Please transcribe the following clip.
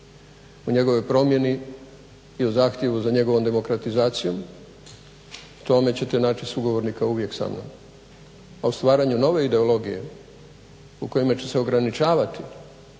o njegovoj promjeni i o zahtjevu za njegovom demokratizacijom u tome ćete naći sugovornika uvijek sa mnom, a o stvaranju nove ideologije u kojima će se ograničavati